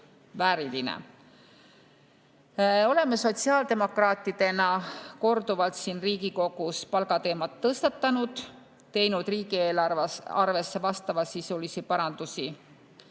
vääriline. Oleme sotsiaaldemokraatidena korduvalt siin Riigikogus palgateemat tõstatanud ja teinud riigieelarves vastavasisulisi parandusi. Kui